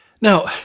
Now